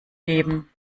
geben